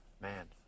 man